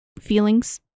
feelings